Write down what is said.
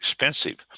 expensive